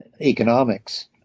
economics